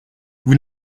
vous